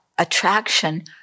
Attraction